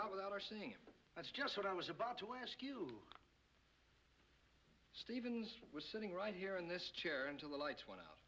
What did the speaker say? out without our seeing it that's just what i was about to ask stephens was sitting right here in this chair until the lights went out